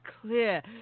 clear